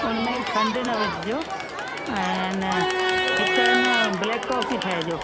उनमें खंड न विझिजो ऐं इन हिकु न ब्लैक कॉफी ठाहिजो